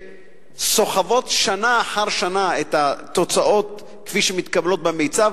שסוחבות שנה אחר שנה את התוצאות כפי שמתקבלות במיצ"ב,